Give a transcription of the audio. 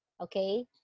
okay